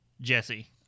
Jesse